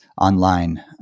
online